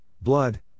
blood